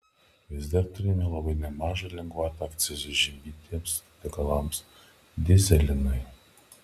vis dar turime labai nemažą lengvatą akcizui žymėtiems degalams dyzelinui